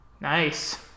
Nice